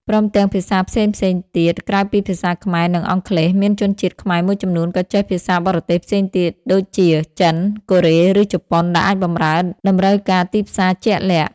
ព្រមទាំង ភាសាផ្សេងៗទៀត ក្រៅពីភាសាខ្មែរ និងអង់គ្លេស មានជនជាតិខ្មែរមួយចំនួនក៏ចេះភាសាបរទេសផ្សេងៗទៀតដូចជា ចិន កូរ៉េ ឬជប៉ុន ដែលអាចបម្រើតម្រូវការទីផ្សារជាក់លាក់។